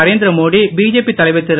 Narendra Modi BJP தலைவர் திரு